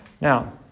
Now